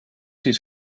his